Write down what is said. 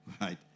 right